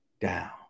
down